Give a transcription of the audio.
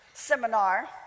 seminar